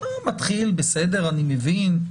בהתחלה, בסדר, אני מבין,